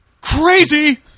crazy